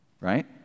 right